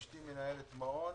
אשתי מנהלת מעון